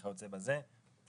וכיוצא בזה.